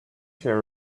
share